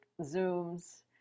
Zooms